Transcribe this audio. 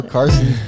Carson